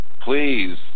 Please